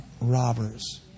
robbers